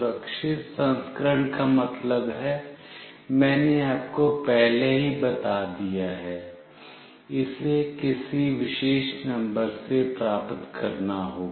सुरक्षित संस्करण का मतलब है मैंने आपको पहले ही बता दिया है इसे किसी विशेष नंबर से प्राप्त करना होगा